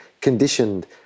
conditioned